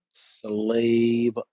slave